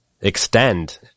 extend